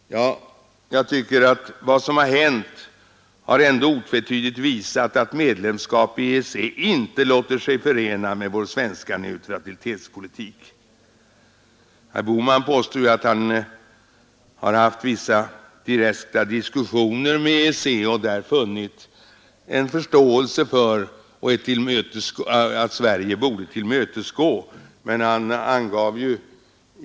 Vad som har hänt har ändå otvetydigt visat att medlemskap i EEC inte låter sig förena med vår svenska neutralitetspolitik. Herr Bohman påstår att han haft vissa direkta diskussioner med företrädare för EEC och där funnit en förståelse för synpunkten att Sverige borde tillmötesgås om vi sökte medlemskap.